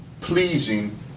pleasing